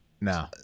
No